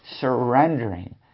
surrendering